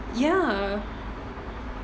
ya